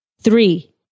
three